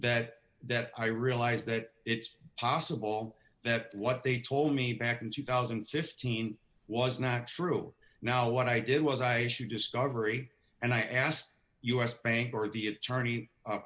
that that i realize that it's possible that what they told me back in two thousand and fifteen was not true now what i did was i should discovery and i asked u s bank or the attorney